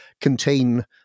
contain